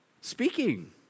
speaking